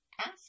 ask